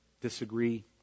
Disagree